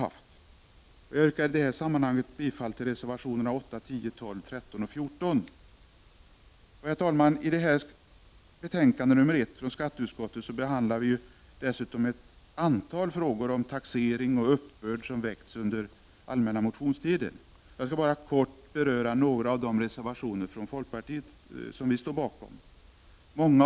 Jag yrkar i detta sammanhang bifall till reservationerna 8, 10, 12, 13 och 14. I skatteutskottets betänkande nr 1 behandlas dessutom ett antal andra frågor om taxering och uppbörd som har väckts under den allmänna motionstiden 1989. Jag skall bara kort beröra några av de reservationer som vi i folkpartiet står bakom.